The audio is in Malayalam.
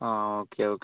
ആ ഓക്കെ ഓക്കെ